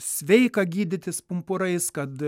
sveika gydytis pumpurais kad